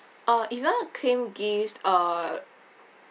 uh if you wanna claim gifts uh